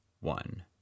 one